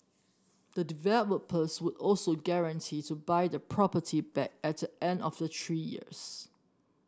the developers would also guarantee to buy the property back at the end of the three years